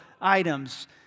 items